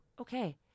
okay